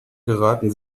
geraten